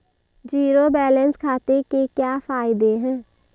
Zero balance खाते के क्या फायदे हैं?